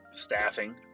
staffing